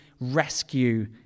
rescue